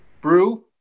brew